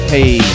Hey